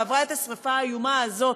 ועברה את השרפה האיומה הזאת.